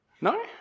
No